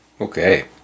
Okay